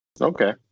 Okay